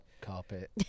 carpet